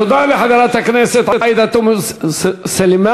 תודה לחברת הכנסת עאידה תומא סלימאן.